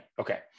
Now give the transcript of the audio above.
Okay